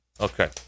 Okay